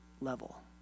level